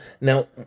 Now